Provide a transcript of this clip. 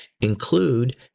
include